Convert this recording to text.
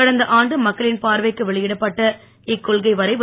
கடந்த ஆண்டு மக்களின் பார்வைக்கு வெளியிடப்பட்ட இக்கொள்கை வரைவு